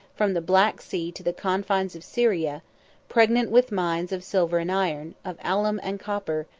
from the black sea to the confines of syria pregnant with mines of silver and iron, of alum and copper,